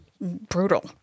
brutal